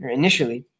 initially